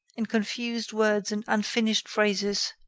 in confused words and unfinished phrases.